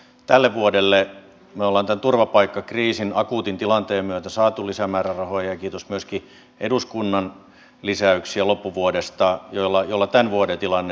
tälle vuodelle me olemme tämän turvapaikkakriisin akuutin tilanteen myötä saaneet lisämäärärahoja ja kiitos myöskin eduskunnan lisäyksiä loppuvuodesta joilla tämän vuoden tilanne on turvattu